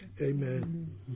amen